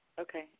Okay